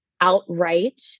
outright